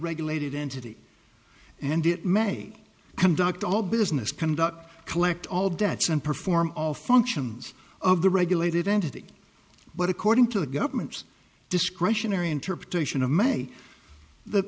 regulated entity and it may conduct all business conduct collect all debts and perform all functions of the regulated entity but according to the government discretionary interpretation of may the